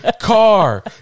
car